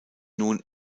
nun